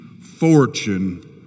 fortune